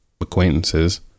acquaintances